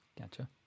Gotcha